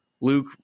Luke